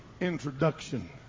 introduction